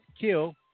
kill